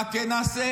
מה כן נעשה?